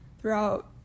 throughout